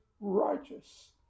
righteous